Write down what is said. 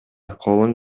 колун